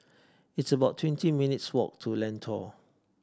it's about twenty minutes' walk to Lentor